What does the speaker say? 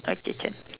okay can